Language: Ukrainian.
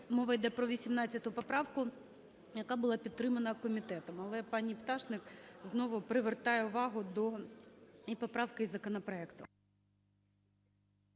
мова йде про 18 поправку, яка була підтримана комітетом. Але пані Пташник знову привертає увагу до і поправки, і законопроекту.